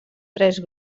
tres